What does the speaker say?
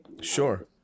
Sure